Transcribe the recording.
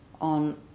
on